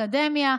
אקדמיה,